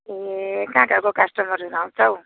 ए कहाँ कहाँको कस्टमरहरू आउँछ हौ